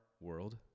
world